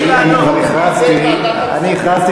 גם אנחנו כולנו, לא באמצע.